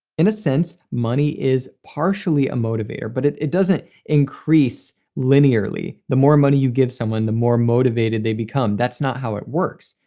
in a sense, money is partially a motivator, but it it doesn't increase linearly. the more money you give someone, the more motivated they become. that's not how it works.